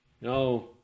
No